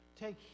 Take